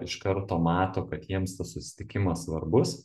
iš karto mato kad jiems tas susitikimas svarbus